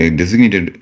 designated